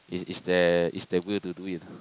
is is their is their will to do it